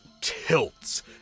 tilts